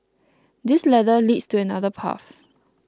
this ladder leads to another path